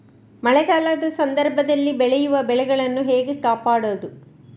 ಮಳೆಗಾಲದ ಸಂದರ್ಭದಲ್ಲಿ ಬೆಳೆಯುವ ಬೆಳೆಗಳನ್ನು ಹೇಗೆ ಕಾಪಾಡೋದು?